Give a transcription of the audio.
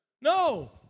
no